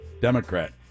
Democrat